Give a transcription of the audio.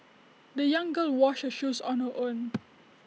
the young girl washed her shoes on her own